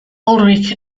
ulrich